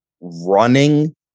running